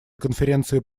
конференции